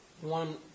one